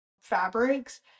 fabrics